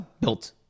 built